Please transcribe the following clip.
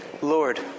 Lord